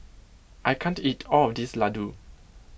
I can't eat all this Laddu